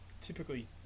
typically